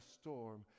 storm